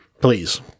Please